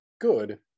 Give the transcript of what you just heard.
good